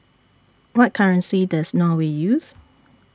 What currency Does Norway use